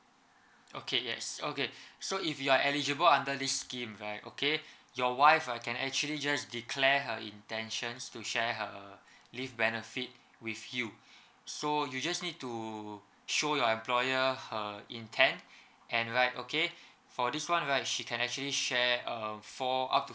okay yes okay so if you are eligible under this scheme right okay your wife I can actually just declare her intentions to share her leave benefit with you so you just need to show your employer her intend and like okay for this one right she can actually share err for up to